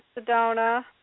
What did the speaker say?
Sedona